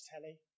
telly